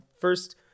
first